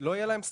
לא יהיה סעד.